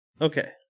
Okay